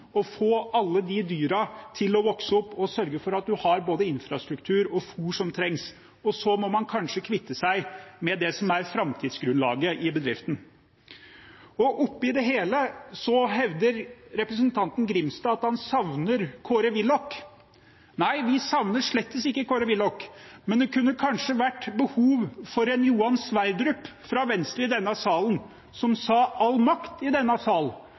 få alle de dyrene til å vokse opp og å sørge for at en har både infrastruktur og fôr som trengs, og så må en kanskje kvitte seg med det som er framtidsgrunnlaget i bedriften. Oppi det hele hevder representanten Grimstad at han savner Kåre Willoch. Nei, vi savner slett ikke Kåre Willoch. Men det kunne kanskje vært behov for en Johan Sverdrup fra Venstre i denne salen, som sa: All makt i denne sal.